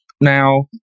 Now